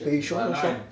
okay show me show